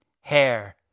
Hair